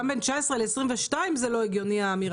אי-אפשר לדבר על עליית גילו הממוצע של חקלאי ומנגד